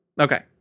Okay